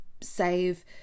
save